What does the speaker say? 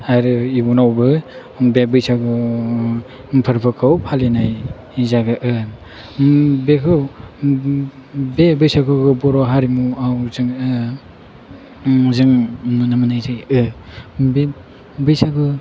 आरो इयुनावबो बे बैसागु फोरबोखौ फालिनाय जागोन बेखौ बे बैसागु बर' हारिमुआव जोङो जों नुनो मोननाय जायो बे बैसागु